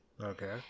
Okay